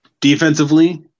Defensively